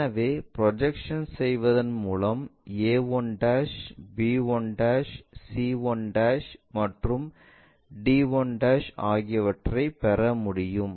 எனவே ப்ரொஜெக்ஷன்ஸ் செய்வதன் மூலம் a1 b1 c1 மற்றும் d1 ஆகியவற்றை பெற முடியும்